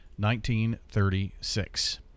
1936